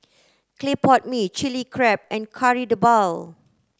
clay pot Mee chili crab and Kari Debal